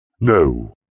No